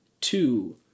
two